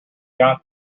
got